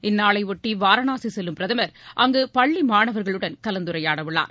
இந்நாளையொட்டிவாரணாசிசெல்லும் பிரதமர் அங்குபள்ளிமாணவர்களுடன் கலந்துரையாடஉள்ளார்